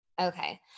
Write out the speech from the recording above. Okay